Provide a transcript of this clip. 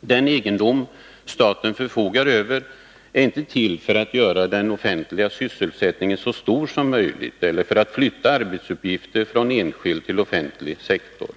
Den egendom staten förfogar över är inte till för att göra den offentliga sysselsättningen så stor som möjligt eller för att flytta arbetsuppgifter från enskild till offentlig sektor.